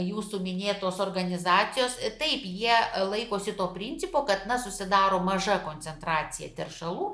jūsų minėtos organizacijos taip jie laikosi to principo kad na susidaro maža koncentracija teršalų